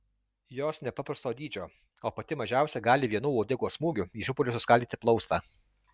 jos nepaprasto dydžio o pati mažiausia gali vienu uodegos smūgiu į šipulius suskaldyti plaustą